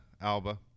Alba